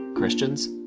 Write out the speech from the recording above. Christians